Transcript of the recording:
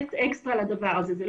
לתת אקסטרה לדבר הזה.